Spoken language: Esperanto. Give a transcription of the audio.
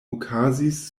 okazis